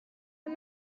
you